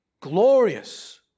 glorious